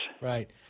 Right